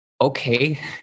okay